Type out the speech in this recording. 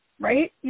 Right